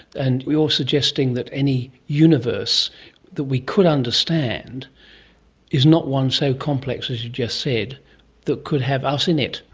and you're suggesting that any universe that we could understand is not one so complex as you've just said that could have us in it.